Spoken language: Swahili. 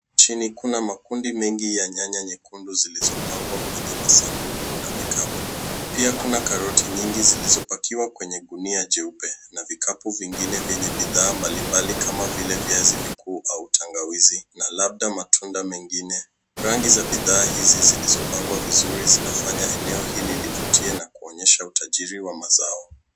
Chini kuna makundi mengi ya nyanya nyekundu zilizopangwa kwenye masnaduku na vikapu. Pia kuna karoti nyingi zilizopakiwa kwenye gunia jeupe na vikapu vingine vyenye bidhaa mbalimbali kama vile viazi vikuu au tangawizi na labda matunda mengine. Rangi za bidhaa hizi zilizopangwa vizuri linafanya eneo hili livutie na kuonyesha utajiri wa mazao.